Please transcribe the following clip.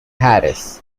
harris